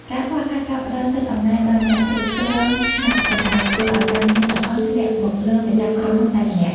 ការខ្វះខាតការផ្ដល់សិទ្ធិអំណាច ដល់អ្នកគ្រប់គ្រងថ្នាក់កណ្ដាល ធ្វើឱ្យការងារទាំងអស់ធ្លាក់មកលើម្ចាស់ក្រុមហ៊ុនតែម្នាក់។